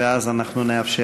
ואז אנחנו נאפשר.